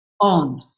on